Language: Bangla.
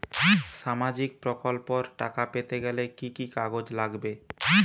সামাজিক প্রকল্পর টাকা পেতে গেলে কি কি কাগজ লাগবে?